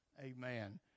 Amen